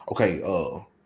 Okay